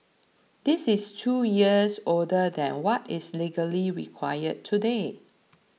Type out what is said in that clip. this is two years older than what is legally required today